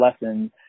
lessons